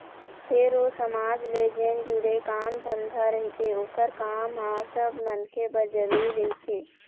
फेर ओ समाज ले जेन जुड़े काम धंधा रहिथे ओखर काम ह सब मनखे बर जरुरी रहिथे